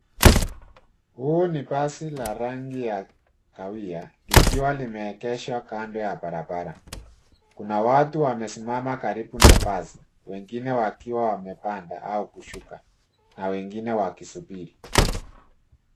Huu ni basi la rangi ya kahawia likiwa limeegeshwa kando ya barabara. Kuna watu wamesimama karibu na basi, wengine wakiwa wamepanda au kushuka na wengine wakisubiri.